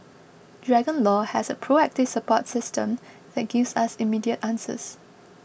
Dragon Law has a proactive support system that gives us immediate answers